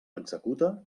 executa